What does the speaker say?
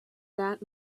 that